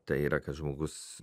tai yra kad žmogus